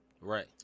Right